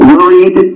Worried